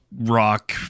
rock